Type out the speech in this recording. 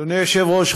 אדוני היושב-ראש,